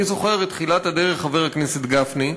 אני זוכר את תחילת הדרך, חבר הכנסת גפני,